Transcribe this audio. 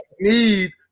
need